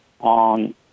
on